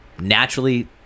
naturally